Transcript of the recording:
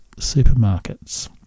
supermarkets